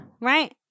right